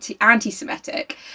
anti-Semitic